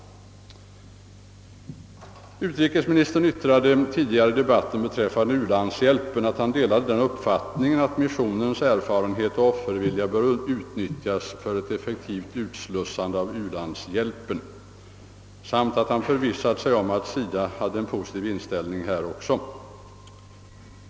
Utrikesministern yttrade tidigare i debatten beträffande u-landshjälpen, att han delade den uppfattningen, att missionens erfarenhet och offervilja bör utnyttjas för ett effektivt utslussande av u-landshjälpen; han hade också förvissat sig om att SIDA har en positiv inställning i det fallet.